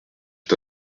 est